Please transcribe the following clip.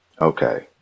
Okay